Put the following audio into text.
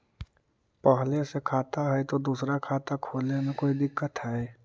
पहले से खाता है तो दूसरा खाता खोले में कोई दिक्कत है?